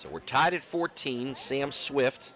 so we're tied at fourteen sam swift